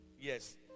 Yes